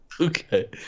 Okay